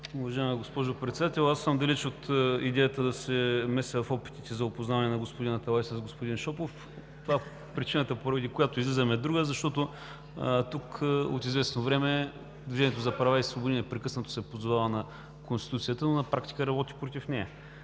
Уважаема госпожо Председател! Далеч съм от идеята да се меся в опитите за опознаване на господин Аталай с господин Шопов. Причината, поради която излизам, е друга. Защото тук от известно време „Движението за права и свободи“ непрекъснато се позовава на Конституцията, но на практика работи против нея.